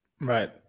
Right